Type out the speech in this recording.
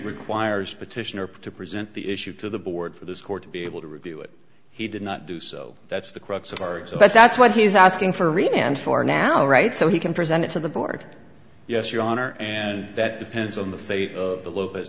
requires petitioner present the issue to the board for this court to be able to review it he did not do so that's the crux of our job but that's what he's asking for read and for now right so he can present it to the board yes your honor and that depends on the fate of the lo